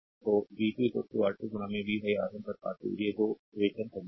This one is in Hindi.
तो v 2 R2 v R1 R2 ये 2 इक्वेशन 26 हैं